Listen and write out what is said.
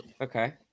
Okay